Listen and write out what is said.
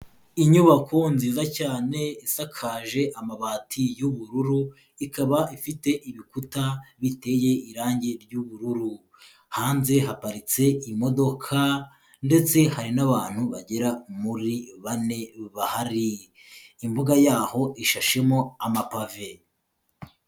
Inyubako nziza cyane isakaje amabati y'ubururu ikaba ifite ibikuta biteye irange ry'ubururu, hanze haparitse imodoka ndetse hari n'abantu bagera muri bane bahari, imbuga yaho ishashemo amapave.